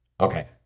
Okay